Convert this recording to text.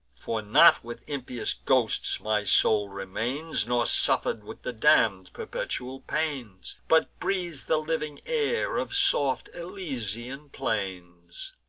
for not with impious ghosts my soul remains, nor suffers with the damn'd perpetual pains, but breathes the living air of soft elysian plains.